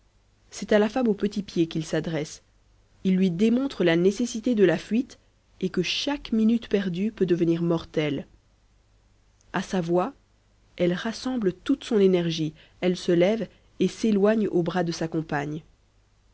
c'est à la femme aux petits pieds qu'il s'adresse il lui démontre la nécessité de la fuite et que chaque minute perdue peut devenir mortelle à sa voix elle rassemble toute son énergie elle se lève et s'éloigne au bras de sa compagne